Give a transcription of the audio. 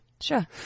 Sure